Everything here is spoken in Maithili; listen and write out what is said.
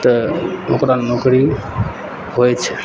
तऽ ओकरा नौकरी होइ छै